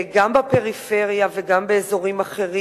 גם בפריפריה וגם באזורים אחרים.